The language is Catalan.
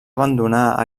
abandonar